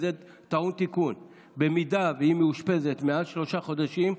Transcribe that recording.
וזה טעון תיקון: במידה שהיא מאושפזת מעל שלושה חודשים,